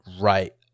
right